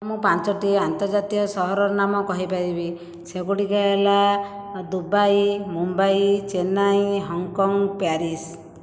ମୁଁ ପାଞ୍ଚଟି ଆନ୍ତର୍ଜାତୀୟ ସହରର ନାମ କହିପାରିବି ସେଗୁଡ଼ିକ ହେଲା Dubai Mumbai Chennai Hong Kong Paris